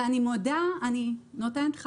ואני מפרגנת,